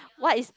what is